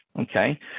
Okay